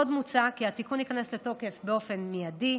עוד מוצע כי התיקון ייכנס לתוקף באופן מיידי,